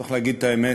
צריך להגיד את האמת,